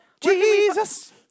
Jesus